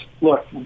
look